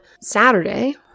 Saturday